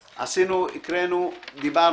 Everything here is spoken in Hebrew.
עשינו, הקראנו, דיברנו.